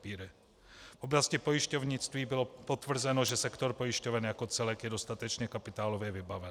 V oblasti pojišťovnictví bylo potvrzeno, že sektor pojišťoven jako celek je dostatečně kapitálově vybaven.